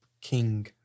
king